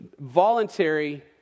voluntary